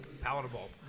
palatable